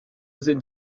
sind